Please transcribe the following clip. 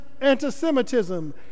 anti-Semitism